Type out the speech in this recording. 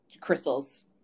crystals